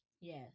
yes